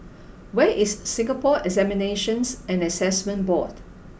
where is Singapore Examinations and Assessment Board